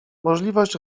możliwość